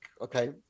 Okay